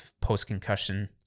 post-concussion